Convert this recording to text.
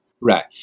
Right